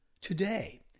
Today